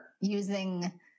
using